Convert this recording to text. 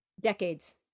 decades